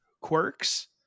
quirks